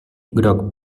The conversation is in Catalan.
groc